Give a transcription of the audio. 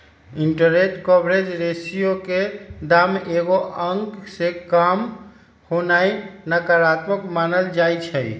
interest coverage ratio के दाम एगो अंक से काम होनाइ नकारात्मक मानल जाइ छइ